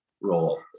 role